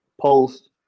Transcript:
post